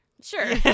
Sure